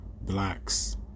blacks